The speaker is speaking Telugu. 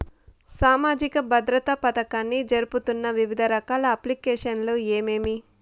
సామాజిక భద్రత పథకాన్ని జరుపుతున్న వివిధ రకాల అప్లికేషన్లు ఏమేమి?